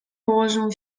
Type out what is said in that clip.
położył